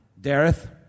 Dareth